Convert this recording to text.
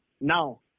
Now